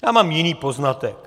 Já mám jiný poznatek.